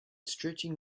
stretching